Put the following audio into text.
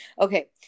Okay